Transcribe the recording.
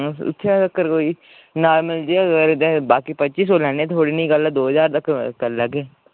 उत्थें तकर कोई नार्मल जे अगर बाकी पच्ची सौ लैने थोआढ़ी नेही गल्ल ऐ दो ज्हार तक करी लैगे